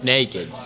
Naked